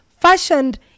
fashioned